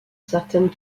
certaines